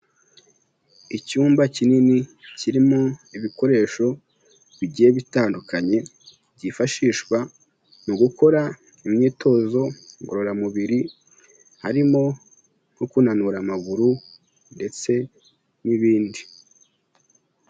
Icyumba kinini kirimo ibikoresho bigiye bitandukanye, byifashishwa mu gukora imyitozo ngororamubiri, harimo nko kunanura amaguru ndetse n'ibindi.